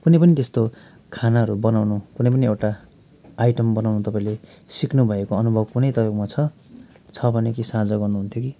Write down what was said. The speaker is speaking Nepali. कुनै पनि त्यस्तो खानाहरू बनाउनु कुनै पनि एउटा आइटम बनाउनु तपाईँले सिक्नुभएको अनुभव कुनै तपाईँकोमा छ छ भने के साझा गर्नु हुन्थ्यो कि